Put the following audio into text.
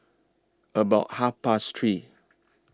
about Half Past three